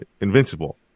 invincible